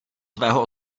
tvého